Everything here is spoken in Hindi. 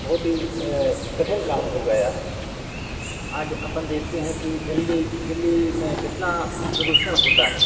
बहुत ही कठिन काम हो गया है आज अपन देखते हैं कि दिल्ली दिल्ली में कितना प्रदूषण होता है